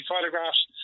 photographs